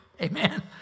Amen